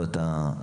או את ה-"הזנק"